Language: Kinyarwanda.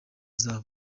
zabo